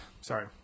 Sorry